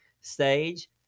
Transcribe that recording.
stage